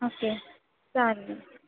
okay चालेल